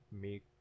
make